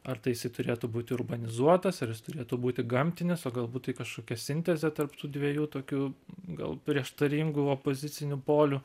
ar tai jisai turėtų būt urbanizuotas ar jis turėtų būti gamtinis o galbūt tai kažkokia sintezė tarp tų dviejų tokių gal prieštaringų opozicinių polių